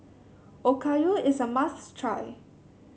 okayu is a must try